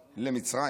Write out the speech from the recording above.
למצרים.